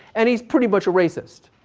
and he's pretty much a racist.